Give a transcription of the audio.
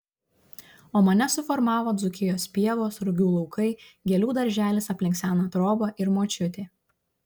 o mane suformavo dzūkijos pievos rugių laukai gėlių darželis aplink seną trobą ir močiutė